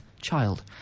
child